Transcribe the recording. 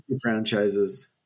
franchises